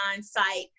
site